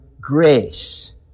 grace